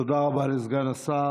תודה רבה לסגן השר.